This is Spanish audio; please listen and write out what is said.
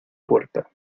puerta